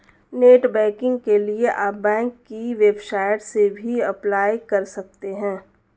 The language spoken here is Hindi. नेटबैंकिंग के लिए आप बैंक की वेबसाइट से भी अप्लाई कर सकते है